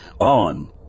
On